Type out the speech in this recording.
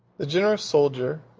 the generous soldier,